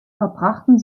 verbrachten